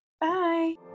bye